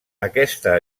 aquesta